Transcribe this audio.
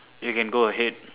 you can go ahead